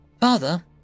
Father